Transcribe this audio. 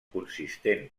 consistent